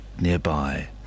nearby